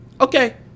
Okay